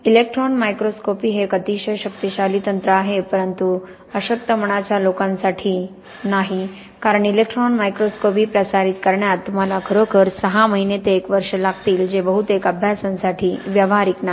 electron microscopy हे एक अतिशय शक्तिशाली तंत्र आहे परंतु अशक्त मनाच्या लोकांसाठी नाही कारण इलेक्ट्रॉन मायक्रोस्कोपी प्रसारित करण्यात तुम्हाला खरोखर सहा महिने ते एक वर्ष लागतील जे बहुतेक अभ्यासांसाठी व्यावहारिक नाही